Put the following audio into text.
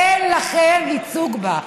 אין לכם ייצוג בה.